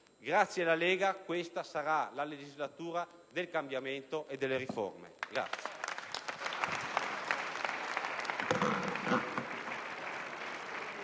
Grazie alla Lega, questa sarà la legislatura del cambiamento e delle riforme.